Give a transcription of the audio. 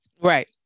Right